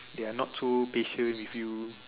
they are not so patient with you